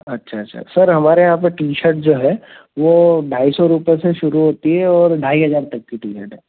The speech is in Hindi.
अच्छा अच्छा सर हमारे यहाँ पर टी शर्ट जो है वह ढाई सौ रुपये से शुरू होती है और ढाई हज़ार तक की टी शर्ट है